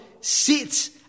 Sit